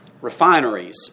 refineries